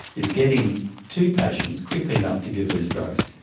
is getting to patients quickly enough to give these drugs.